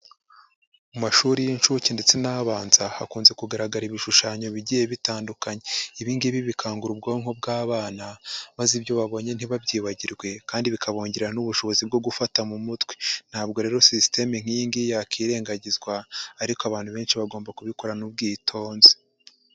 Mu mashuri y'incuke ndetse n'abanza, hakunze kugaragara ibishushanyo bigiye bitandukanye. Ibi ngibi bikangura ubwonko bw'abana maze ibyo babonye ntibabyibagirwe kandi bikabongera n'ubushobozi bwo gufata mu mutwe. Ntabwo rero sisitemu nk'iyi ngiyi yakwirengagizwa ariko abantu benshi bagomba kubikorana ubwitonzi.